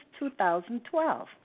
2012